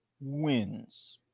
wins